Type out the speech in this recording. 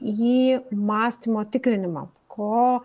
į mąstymo tikrinimą ko